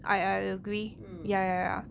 mm